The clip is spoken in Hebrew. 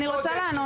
אני רוצה לענות.